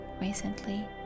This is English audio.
recently